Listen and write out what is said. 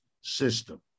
system